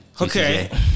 Okay